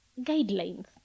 guidelines